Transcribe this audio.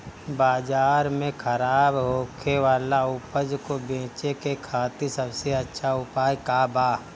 बाजार में खराब होखे वाला उपज को बेचे के खातिर सबसे अच्छा उपाय का बा?